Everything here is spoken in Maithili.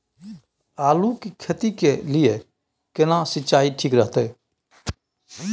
आलू की खेती के लिये केना सी सिंचाई ठीक रहतै?